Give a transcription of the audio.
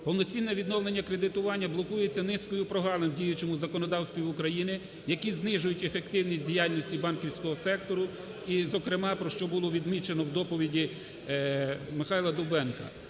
Повноцінне відновлення кредитування блокується низкою прогалин в діючому законодавстві України, які знижують ефективність діяльності банківського сектору і зокрема про що було відмічено в доповіді МихайлаДовбенка.